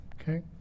okay